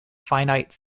finite